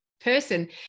person